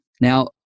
Now